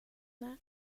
that